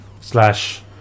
slash